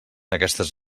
aquestes